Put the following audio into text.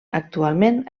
actualment